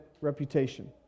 reputation